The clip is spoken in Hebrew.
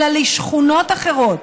אלא לשכונות אחרות,